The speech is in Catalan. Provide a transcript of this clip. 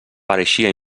pareixia